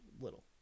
little